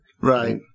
Right